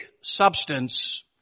substance